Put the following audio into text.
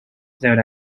known